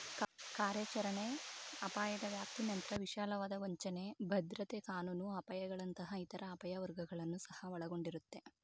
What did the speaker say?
ಕಾರ್ಯಾಚರಣೆ ಅಪಾಯದ ವ್ಯಾಪ್ತಿನಂತ್ರ ವಿಶಾಲವಾದ ವಂಚನೆ, ಭದ್ರತೆ ಕಾನೂನು ಅಪಾಯಗಳಂತಹ ಇತರ ಅಪಾಯ ವರ್ಗಗಳನ್ನ ಸಹ ಒಳಗೊಂಡಿರುತ್ತೆ